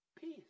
peace